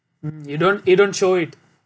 mm you don't you don't show it